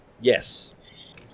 Yes